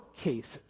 cases